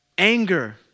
Anger